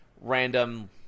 random